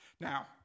Now